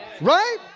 right